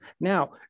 Now